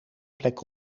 plek